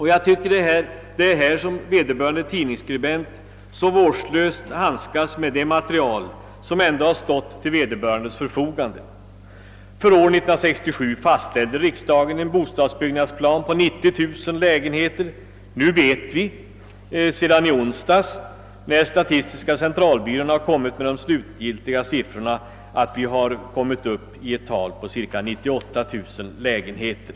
Här handskas vederbörande tidningsskribent vårdslöst med det material som har stått till förfogande. För år 1967 fastställde riksdagen en bostadsbyggnadsplan på 90000 lägenheter. Sedan i onsdags, då statistiska centralbyrån lade fram de slutgiltiga siffrorna, vet vi att vi har kommit upp i cirka 98 000 lägenheter.